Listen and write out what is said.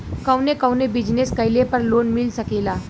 कवने कवने बिजनेस कइले पर लोन मिल सकेला?